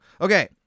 Okay